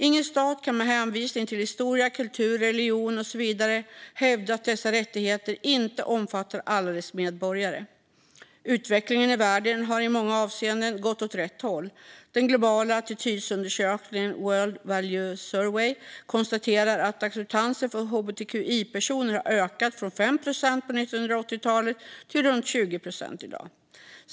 Ingen stat kan med hänvisning till historia, kultur, religion och så vidare hävda att dessa rättigheter inte omfattar alla dess medborgare. Utvecklingen i världen har i många avseenden gått åt rätt håll. Den globala attitydundersökningen World Value Survey konstaterar att acceptansen för hbtqi-personer har ökat från 5 procent på 1980-talet till runt 20 procent i dag.